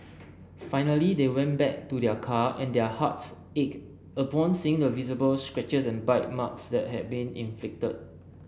finally they went back to their car and their hearts ached upon seeing the visible scratches and bite marks that had been inflicted